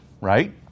Right